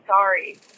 sorry